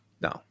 No